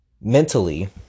mentally